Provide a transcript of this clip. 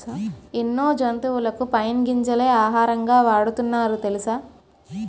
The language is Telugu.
ఎన్నో జంతువులకు పైన్ గింజలే ఆహారంగా వాడుతున్నారు తెలుసా?